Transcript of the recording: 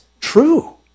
true